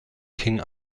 king